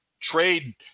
trade